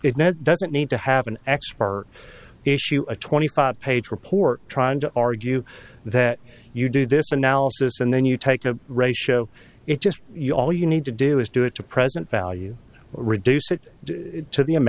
it doesn't need to have an expert issue a twenty five page report trying to argue that you do this analysis and then you take a ratio it just you know all you need to do is do it to present value reduce it to